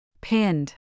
Pinned